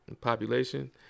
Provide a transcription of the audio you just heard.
population